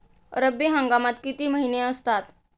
रब्बी हंगामात किती महिने असतात?